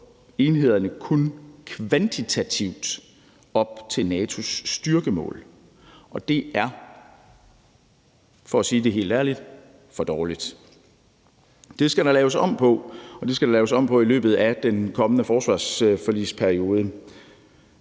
lever enhederne kun kvantitativt op til NATO's styrkemål, og det er, for at sige det helt ærligt, for dårligt. Det skal der laves om på, og det skal der laves om på i løbet af den kommende forsvarsforligsperiode.